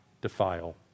defile